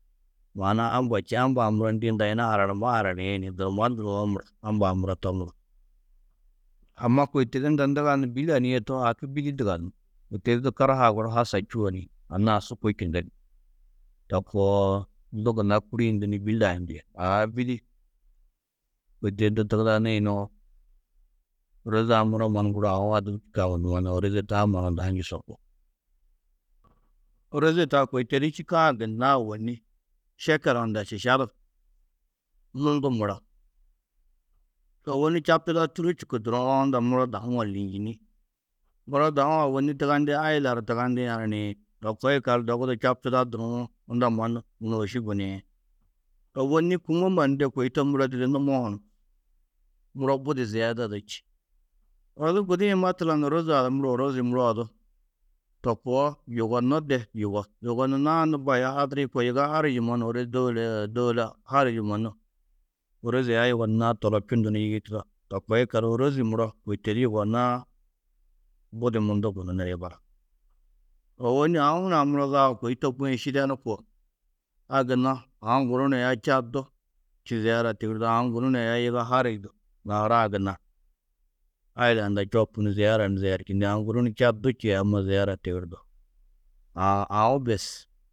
Maana-ã amba čî. Amba-ã muro ndî unda yunu-ã haranumó haraniĩ ni durummó duruwo muro amba-ã muro to muro. Amma kôi to di unda ndugannu bî lanîe tohoo, haki bîdi ndugannú. Kôi to di du karahaa guru hasa čûo ni anna-ã su kôčundu ni to koo, du gunna kûruyundu ni bî layindi. Aã, bîdi kôi to di du tudugani nuwo, ôroze-ã muro mannu guru ôroze taa mannu unda ha njusopú. Ôroze taa kôi to di čîkã gunna òwonni šekel hundã šiša du mundu mura. Ôwonni čabtuda tûrri čûku duruwo, unda muro dahu-ã lînjini. Muro dahu-ã ôwonni tugandi, aila du tugandĩ haraniĩn? To koo yikallu dogu du čabtuda duruwo, unda mannu nôuši guniĩ. Ôwonni kûmomma ni de kôi to muro didi numo hunu, muro budi ziyeda du čî. Odu gudi-ĩ matlan ôroze-ã du muro ôrozi muro odu to koo yugonnó de yugó. Yugondunnãá nû mbo aya hadirĩ koo, yiga harij du mannu ôro dôuloo dôula harij du mannu ôroze aya yugondunnãá tolobčundu ni yigiitudo. To koo yikallu, ôrozi muro kôi to di yugonnãá, budi mundu gunú niri balak. Ôwonni aũ hunã muro zaga kôi to ko-ĩ šidenu koo. A gunna, aũ guru ni aya Čad du čî ziyera tigirdo, aũ guru ni aya yiga harij du nahara-ã gunna aila hundã čoopu ni ziyara ni ziyerčindi, aũ guru ni Čad du čî aya ma ziyara tigirdo. Aã, aũ bes.